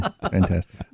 Fantastic